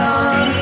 on